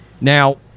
Now